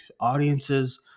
audiences